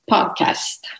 Podcast